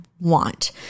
want